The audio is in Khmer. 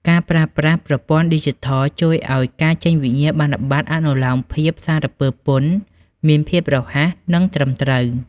ការប្រើប្រាស់ប្រព័ន្ធឌីជីថលជួយឱ្យការចេញវិញ្ញាបនបត្រអនុលោមភាពសារពើពន្ធមានភាពរហ័ស និងត្រឹមត្រូវ។